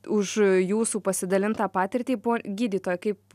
už jūsų pasidalintą patirtį po gydytoja kaip